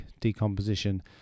decomposition